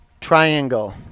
triangle